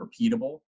repeatable